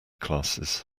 classes